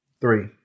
Three